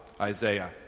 Isaiah